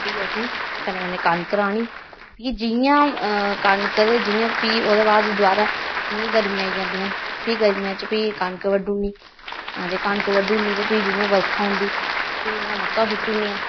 फ्ही असें कन्नै कन्नै कनक राह्नी फ्ही जियां कनक ते जियां फ्ही ओह्दे बाद दबारा जियां गर्मियां आई जंदियां फ्ही गर्मियां च फ्ही कनक बड्डू उड़नी ते कनक बड्डू उड़नी ते फ्ही जियां बरखा औंदी फ्ही मक्कां सुट्टू उड़नियां